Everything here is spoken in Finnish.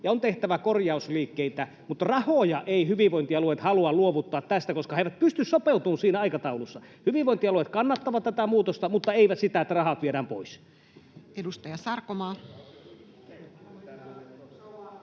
on tehtävä korjausliikkeitä. Mutta rahoja eivät hyvinvointialueet halua luovuttaa tästä, koska ne eivät pysty sopeutumaan siinä aikataulussa. Hyvinvointialueet kannattavat tätä muutosta, mutta eivät sitä, että rahat viedään pois. [Juha Mäenpää: